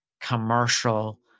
commercial